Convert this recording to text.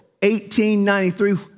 1893